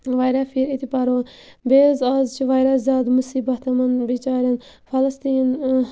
واریاہ پھِرِ أتی پَرو بیٚیہِ حظ آز چھِ واریاہ زیادٕ مُصیٖبت یِمَن بِچارٮ۪ن فَلسطیٖن